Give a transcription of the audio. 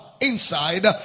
inside